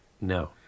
No